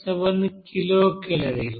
7 kilo కేలరీలు